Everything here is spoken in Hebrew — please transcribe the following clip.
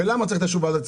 בוקר טוב לכולם.